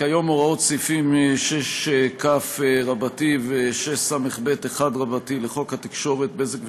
כיום הוראות סעיפים 6כ ו-6סב1 לחוק התקשורת (בזק ושידורים),